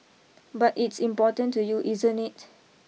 but it's important to you isn't it